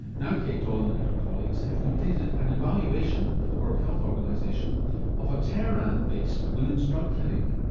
now kate dolan and her colleagues have completed an evaluation for the world health organisation of a tehran-based women's drug clinic.